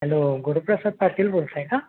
hello Guruprasad Patil बोलत आहे का